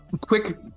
quick